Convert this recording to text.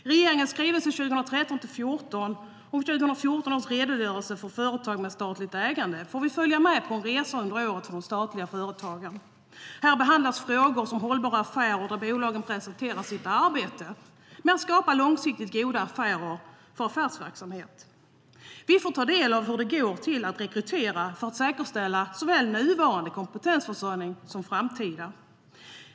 I regeringens skrivelse 2013/14:140 med 2014 års redogörelse för företag med statligt ägande får vi följa med på en resa under året för de statliga företagen. Här behandlas frågor som hållbara affärer där bolagen presenterar sitt arbete med att skapa långsiktigt goda värden för affärsverksamheten. Vi får ta del av hur det går till att rekrytera för att säkra såväl nuvarande kompetensförsörjning som framtida.